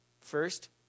First